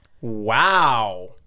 Wow